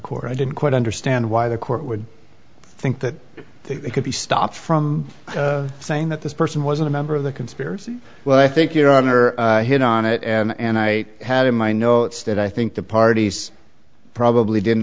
court i didn't quite understand why the court would think that it could be stopped from saying that this person was a member of the conspiracy well i think your honor hit on it and i had in my notes that i think the parties probably didn't